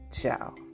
Ciao